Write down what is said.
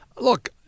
Look